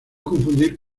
confundir